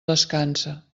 descansa